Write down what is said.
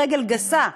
ברגל גסה,